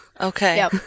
Okay